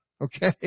Okay